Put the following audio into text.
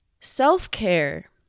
self-care